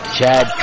Chad